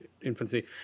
infancy